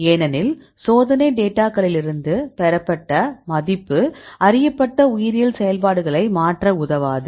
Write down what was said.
ஏனெனில் சோதனை டேட்டாகளிலிருந்து பெறப்பட்ட மதிப்பு அறியப்பட்ட உயிரியல் செயல்பாடுகளை மாற்ற உதவாது